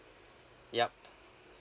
yup